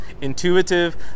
intuitive